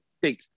big